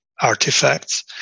artifacts